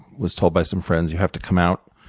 was told by some friends, you have to come out